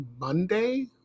Monday